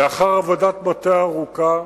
לאחר עבודת מטה ארוכה,